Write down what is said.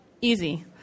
easy